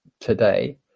today